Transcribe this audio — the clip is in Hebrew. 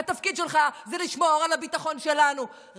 התפקיד שלך הוא לשמור על הביטחון שלנו.